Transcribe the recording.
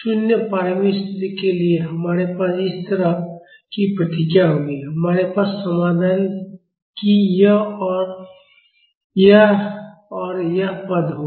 0 प्रारंभिक स्थितियों के लिए हमारे पास इस तरह की प्रतिक्रिया होगी हमारे पास समाधान की यह और यह पद होगी